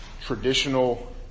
traditional